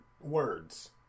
words